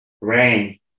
Rain